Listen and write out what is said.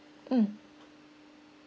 mm